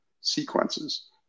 sequences